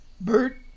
Bert